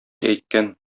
әйткән